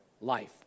life